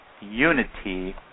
unity